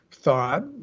Thought